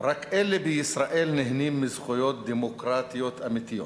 רק אלה בישראל נהנים מזכויות דמוקרטיות אמיתיות".